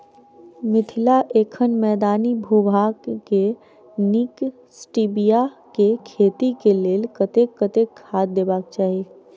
मिथिला एखन मैदानी भूभाग मे नीक स्टीबिया केँ खेती केँ लेल कतेक कतेक खाद देबाक चाहि?